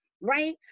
right